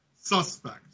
suspect